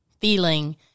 feeling